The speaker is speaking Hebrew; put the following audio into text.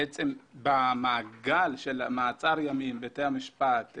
במעגל של מעצר ימים, בתי המשפט,